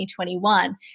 2021